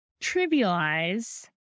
trivialize